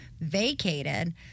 vacated